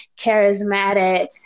charismatic